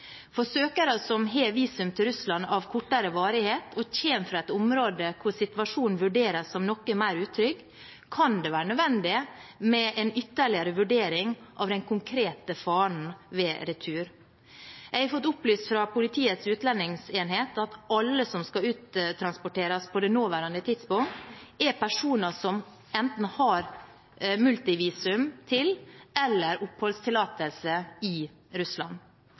søkere som har visum til Russland av kortere varighet og kommer fra et område hvor situasjonen vurderes som noe mer utrygg, kan det være nødvendig med en ytterligere vurdering av den konkrete faren ved retur. Jeg har fått opplyst fra Politiets utlendingsenhet at alle som skal uttransporteres på det nåværende tidspunkt, er personer som enten har multivisum til eller oppholdstillatelse i Russland.